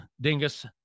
dingus